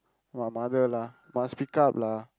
!wah! mother lah must pick up lah